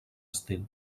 estil